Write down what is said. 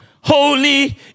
holy